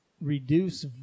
reduce